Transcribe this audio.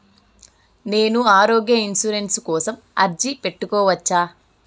నేను ఆరోగ్య ఇన్సూరెన్సు కోసం అర్జీ పెట్టుకోవచ్చా?